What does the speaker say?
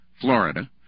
Florida